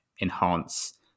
enhance